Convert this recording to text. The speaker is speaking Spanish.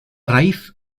raíz